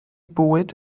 bwyd